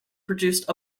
produced